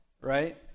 Right